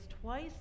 twice